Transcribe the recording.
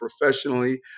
professionally